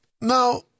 now